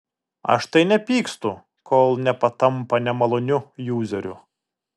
aš tai nepykstu kol nepatampa nemaloniu juzeriu